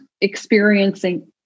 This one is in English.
experiencing